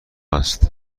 است